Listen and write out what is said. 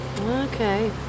Okay